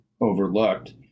overlooked